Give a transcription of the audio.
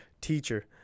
teacher